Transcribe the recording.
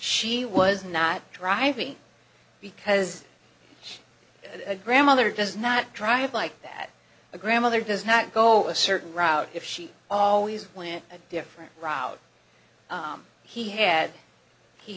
she was not driving because a grandmother does not drive like that a grandmother does not go a certain route if she always went a different route he had he